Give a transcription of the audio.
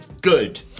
good